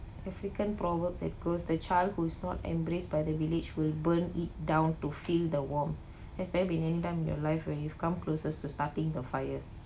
african proverb that goes the child who is not embraced by the village will burn it down to feel the warm has there been anytime in your life when you've come closest to starting the fire